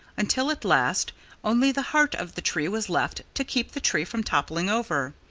until at last only the heart of the tree was left to keep the tree from toppling over.